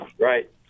Right